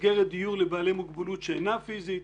מסגרת דיור לבעלי מוגבלות שאינה פיזית,